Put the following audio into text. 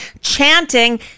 chanting